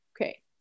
Okay